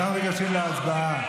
אז אנחנו ניגשים להצבעה,